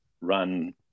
run